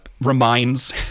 reminds